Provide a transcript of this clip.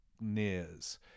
nears